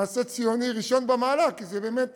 מעשה ציוני ראשון במעלה, כי זו באמת